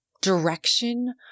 direction